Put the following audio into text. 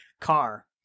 car